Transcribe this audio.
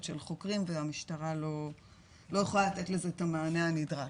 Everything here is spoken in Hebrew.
של חוקרים והמשטרה לא יכולה לתת לזה את המענה הנדרש,